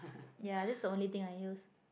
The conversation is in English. ya that's the only thing I use